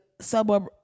suburb